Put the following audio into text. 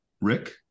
Rick